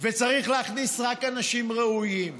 וצריך להכניס רק אנשי ראויים,